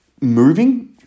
moving